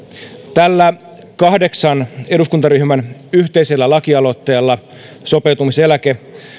tällä kahdeksan eduskuntaryhmän yhteisellä lakialoitteella sopeutumiseläke